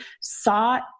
sought